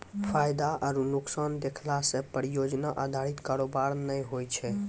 फायदा आरु नुकसान देखला से परियोजना अधारित कारोबार नै होय छै